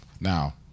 now